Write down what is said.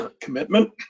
commitment